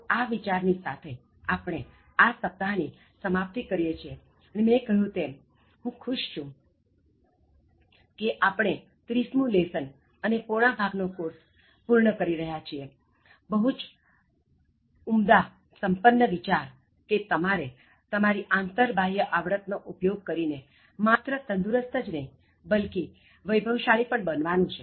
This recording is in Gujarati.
તો આ વિચાર ની સાથે આપણે આ સપ્તાહ ની સમાપ્તિ કરીએ છીએ અને જેમ મેં કહ્યું તેમ હું ખુશ છું કે આપણે 30મું લેસન અને પોણા ભાગ નો કોર્સ પૂર્ણ કરી રહ્યા છીએ બહુ જ ઉમદા સંપન્ન વિચાર કે તમારે તમારી આંતર બાહ્ય આવડત નો ઉપયોગ કરી ને માત્ર તંદુરસ્ત જ નહી બલ્કિ વૈભવશાળી પણ બનવાનું છે